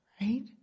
right